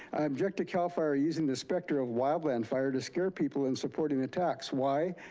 object to cal fire using the specter of wildland fire to scare people in supporting the tax. why,